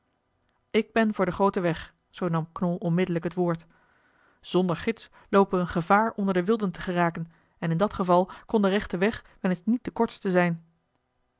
ik ben voor den grooten weg zoo nam knol onmiddellijk het woord zonder gids loopen we gevaar onder de wilden te geraken en in dat geval kon de rechte weg wel eens niet de kortste zijn